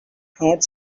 heart